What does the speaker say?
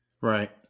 Right